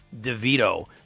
DeVito